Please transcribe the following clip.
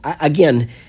again